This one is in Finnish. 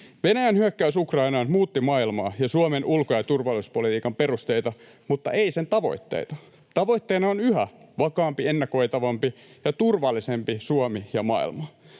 Venäjän hyökkäys Ukrainaan muutti maailmaa ja Suomen ulko- ja turvallisuuspolitiikan perusteita, mutta ei sen tavoitteita. Tavoitteena on yhä vakaampi, ennakoitavampi ja turvallisempi Suomi ja maailma.